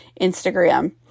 Instagram